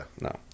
No